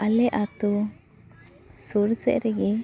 ᱟᱞᱮ ᱟᱛᱳ ᱥᱩᱨ ᱥᱮᱡ ᱨᱮᱜᱮ